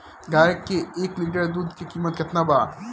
गाय के एक लिटर दूध के कीमत केतना बा?